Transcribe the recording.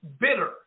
bitter